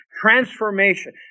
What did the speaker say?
Transformation